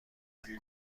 کمک